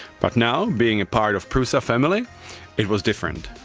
but now being part of prusa family it was different.